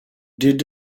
did